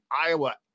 Iowa